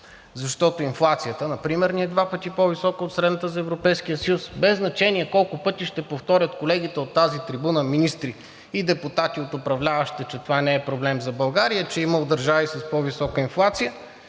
защото инфлацията например ни е два пъти по висока от средната за Европейския съюз. Без значение колко пъти ще повторят колегите от тази трибуна – министри и депутати от управляващите, че това не е проблем за България, че имало държави с по-висока инфлация,